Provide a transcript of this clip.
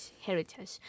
heritage